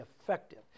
effective